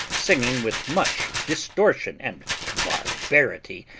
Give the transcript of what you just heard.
singing with much distortion and barbarity,